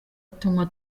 tunywa